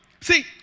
See